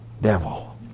devil